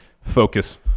focus